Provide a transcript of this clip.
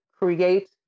create